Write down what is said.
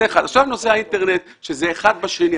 נושא האינטרנט שכרוך אחד בשני.